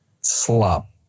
slop